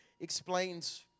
explains